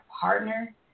partner